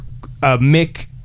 Mick